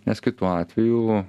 nes kitu atveju